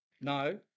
No